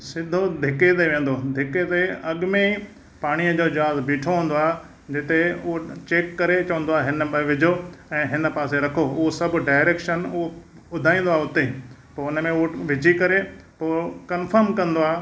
सीधो धिक्के ते वेंदो धिक्के ते अॻु में पाणीअ जो जहाज़ु बिठो हूंदो आहे जिते हो चेक करे चवंदो आहे हिन में विझो ऐं हिन पासे रखो उहो सभु डायरेक्शन उहो ॿुधाइंदो आहे हुते पोइ हुन में हो विझी करे पोइ कंफर्म कंदो आहे